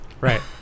Right